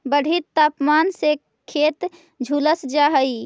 बढ़ित तापमान से खेत झुलस जा हई